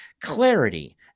Clarity